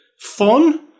fun